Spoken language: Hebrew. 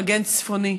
מגן צפוני.